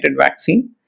vaccine